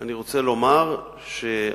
אני רוצה לומר שאמרת,